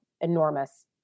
enormous